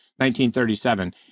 1937